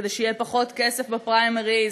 כדי שיהיה פחות כסף בפריימריז,